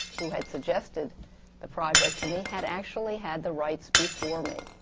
who had suggested the project to me, had actually had the rights before me,